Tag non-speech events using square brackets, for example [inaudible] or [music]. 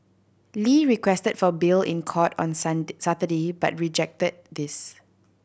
lee requested for bail in court on [unintelligible] Saturday but rejected this